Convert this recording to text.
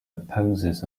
opposes